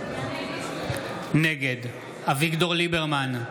נגד אביגדור ליברמן,